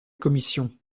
commission